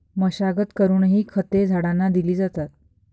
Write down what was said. मशागत करूनही खते झाडांना दिली जातात